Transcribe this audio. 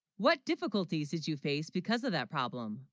what difficulties did you face because of that problem